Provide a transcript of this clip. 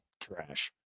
trash